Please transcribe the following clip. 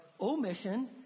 omission